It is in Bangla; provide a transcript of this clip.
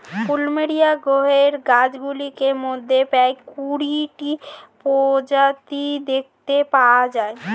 প্লুমেরিয়া গণের গাছগুলির মধ্যে প্রায় কুড়িটি প্রজাতি দেখতে পাওয়া যায়